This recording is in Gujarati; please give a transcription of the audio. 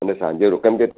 અને સાંજે રોક કેમકે